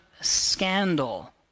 scandal